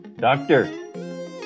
Doctor